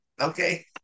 okay